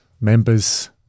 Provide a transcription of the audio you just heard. members